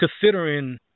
considering